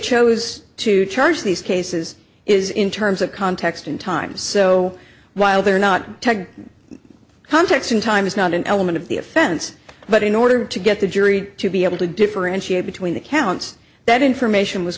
chose to charge these cases is in terms of context and time so while they're not in context in time is not an element of the offense but in order to get the jury to be able to differentiate between the counts that information was